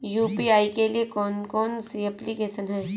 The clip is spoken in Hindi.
यू.पी.आई के लिए कौन कौन सी एप्लिकेशन हैं?